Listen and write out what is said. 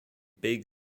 big